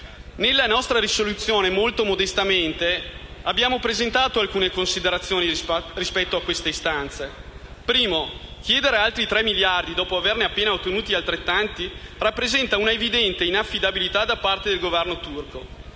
Nella nostra risoluzione, molto modestamente, abbiamo svolto alcune considerazioni rispetto a queste istanze. La prima è che chiedere altri tre miliardi, dopo averne appena ottenuti altrettanti, rappresenta una evidente manifestazione di inaffidabilità da parte del Governo turco,